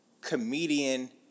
comedian